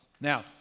Now